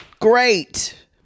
Great